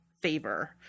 favor